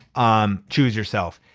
um choose yourself.